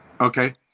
Okay